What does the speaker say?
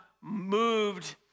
moved